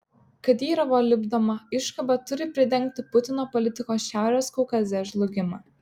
kadyrovo lipdoma iškaba turi pridengti putino politikos šiaurės kaukaze žlugimą